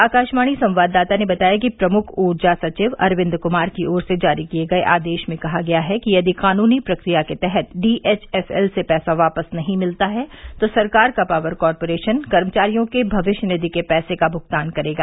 आकाशवाणी संवाददाता ने बताया कि प्रमुख ऊर्जा सचिव अरविन्द कुमार की ओर से जारी किए गये आदेश में कहा गया है कि यदि कानूनी प्रक्रिया के तहत डी एच एफ एल से पैसा वापस नहीं मिलता है तो सरकार का पॉवर कॉरपोरेशन कर्मचारियों के भविष्य निधि के पैसे का भुगतान करेगा